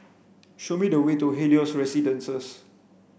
show me the way to Helios Residences